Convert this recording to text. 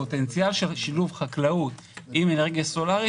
הפוטנציאל של שילוב חקלאות עם אנרגיה סולרית